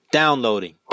downloading